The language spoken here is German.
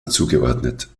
zugeordnet